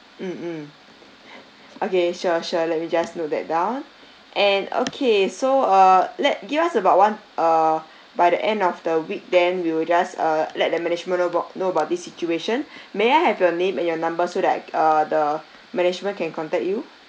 mm mm okay sure sure let me just note that down and okay so err let give us about one err by the end of the week then we will just err let the management know bo~ know about this situation may I have your name and your number so that uh the management can contact you